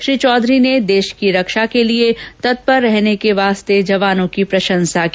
श्री चौधरी ने देश की रक्षा के लिये तत्पर रहने के लिये जवानों की प्रशंसा की